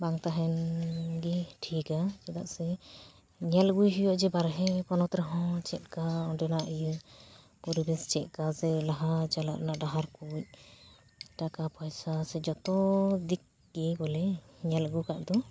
ᱵᱟᱝ ᱛᱟᱦᱮᱱ ᱜᱮ ᱴᱷᱤᱠᱟ ᱪᱮᱫᱟᱜ ᱥᱮ ᱧᱮᱞ ᱟᱹᱜᱩᱭ ᱦᱩᱭᱩᱜᱼᱟ ᱡᱮ ᱵᱟᱨᱦᱮ ᱯᱚᱱᱚᱛ ᱨᱮᱦᱚᱸ ᱪᱮᱫᱠᱟ ᱚᱸᱰᱮᱱᱟᱜ ᱤᱭᱟᱹ ᱯᱚᱨᱤᱵᱮᱥ ᱪᱮᱫᱠᱟ ᱥᱮ ᱞᱟᱦᱟ ᱪᱟᱞᱟᱜ ᱨᱮᱱᱟᱜ ᱰᱟᱦᱟᱨ ᱠᱚ ᱴᱟᱠᱟ ᱯᱚᱭᱥᱟ ᱥᱮ ᱡᱚᱛᱚᱫᱤᱠ ᱜᱮ ᱵᱚᱞᱮ ᱧᱮᱞ ᱟᱹᱜᱩ ᱠᱟᱜᱼᱫᱚ